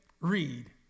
Read